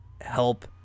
Help